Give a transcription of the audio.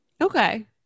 Okay